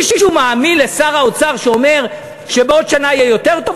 מישהו מאמין לשר האוצר שאומר שבעוד שנה יהיה יותר טוב?